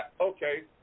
okay